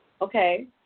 Okay